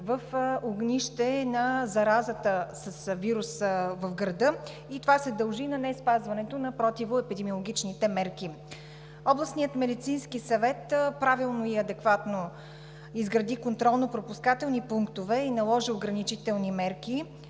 в огнище на заразата с вируса в града и това се дължи на неспазването на противоепидемиологичните мерки. Областният медицински съвет правилно и адекватно изгради контролно-пропускателни пунктове и наложи ограничителни мерки